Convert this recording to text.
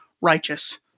righteous